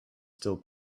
still